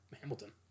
Hamilton